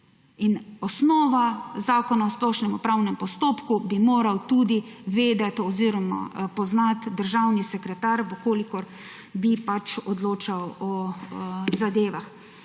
Osnovo Zakona o splošnem upravnem postopku bi moral tudi vedeti oziroma poznati državni sekretar, v kolikor bi odločal o zadevah.